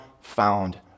found